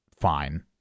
fine